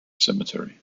cemetery